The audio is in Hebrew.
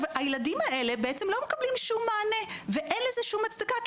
הילדים האלה לא מקבלים שום מענה ואין לזה שום הצדקה.